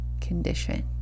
condition